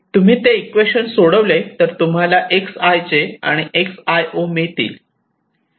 तुम्ही ते इक्वेशन सोडविले तर तुम्हाला xij आणि xio मिळतील